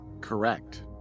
Correct